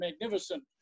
magnificent